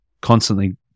constantly